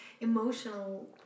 emotional